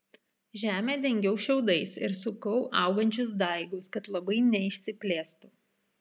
žemę dengiau šiaudais ir sukau augančius daigus kad labai neišsiplėstų